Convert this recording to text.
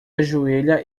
ajoelha